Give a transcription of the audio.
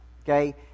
Okay